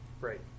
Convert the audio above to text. right